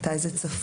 מתי זה צפוי?